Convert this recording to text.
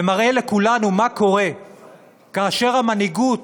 ומראה לכולנו מה קורה כאשר המנהיגות